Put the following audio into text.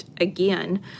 again